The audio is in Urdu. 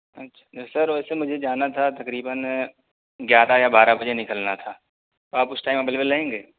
اچھا سر ویسے مجھے جانا تھا تقریباً گیارہ یا بارہ بجے نکلنا تھا تو آپ اس ٹائم اویلیبل رہیں گے